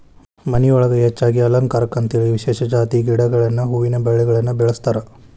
ಮನಿಯೊಳಗ ಹೆಚ್ಚಾಗಿ ಅಲಂಕಾರಕ್ಕಂತೇಳಿ ಕೆಲವ ವಿಶೇಷ ಜಾತಿ ಗಿಡಗಳನ್ನ ಹೂವಿನ ಬಳ್ಳಿಗಳನ್ನ ಬೆಳಸ್ತಾರ